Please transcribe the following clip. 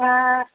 हा